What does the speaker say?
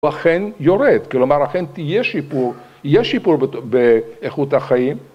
הוא אכן יורד, כלומר אכן תהיה שיפור, יהיה שיפור באיכות החיים.